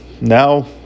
now